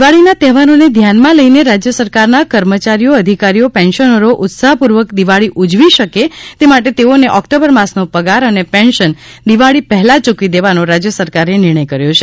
દિવાળીના તહેવારોને ધ્યાનમાં લઈને રાજ્ય સરકારના કર્મચારીઓ અધિકારીઓ પેન્શનરો ઉત્સાહપૂર્વક દિવાળી ઉજવી શકે તે માટે તેઓને ઓક્ટોબર માસનો પગાર અને પેન્શન દિવાળી પહેલાં ચૂકવી દેવાનો રાજ્ય સરકારે નિર્ણય કર્યો છે